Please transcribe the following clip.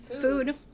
food